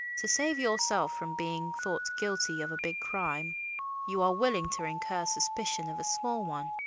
to save yourself from being thought guilty of a big crime you are willing to incur suspicion of a small one.